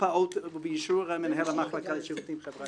ובאישור מנהל המחלקה לשירותים חברתיים".